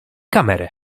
kamerę